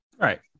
right